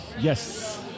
Yes